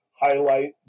highlight